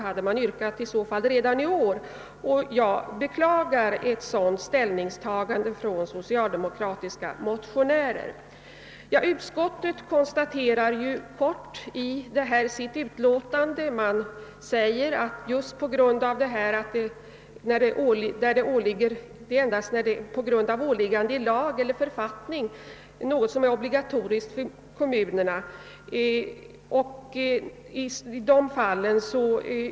Jag beklagar ett sådant ställningstagande av socialdemokratiska motionärer. Utskottet konstaterar att bidrag ur allmänna arvsfonden inte lämnas till uppgifter som på grund av åliggande enligt lag eller författning är obligatoriska för kommunerna.